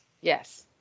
Yes